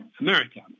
America